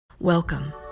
Welcome